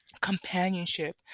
companionship